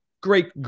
Great